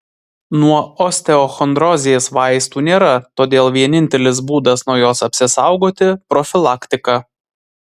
nuo osteochondrozės vaistų nėra todėl vienintelis būdas nuo jos apsisaugoti profilaktika